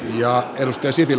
työtä ihmisille